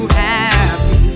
happy